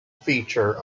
feature